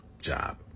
job